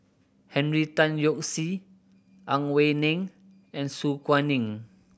Henry Tan Yoke See Ang Wei Neng and Su Guaning